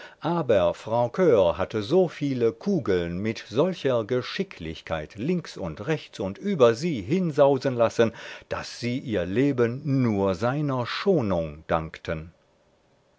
aber francur hatte so viele kugeln mit solcher geschicklichkeit links und rechts und über sie hinsausen lassen daß sie ihr leben nur seiner schonung dankten